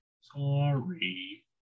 Sorry